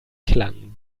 klang